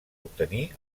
obtenir